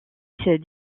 fils